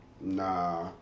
nah